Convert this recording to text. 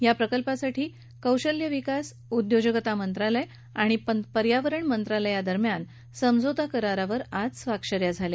या प्रकल्पासाठी कौशल्य विकास उद्योजकता मंत्रालय आणि पर्यावरण मंत्रालयादरम्यान समझौता करारावर आज स्वाक्ष या झाल्या